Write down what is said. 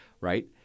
Right